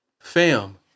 Fam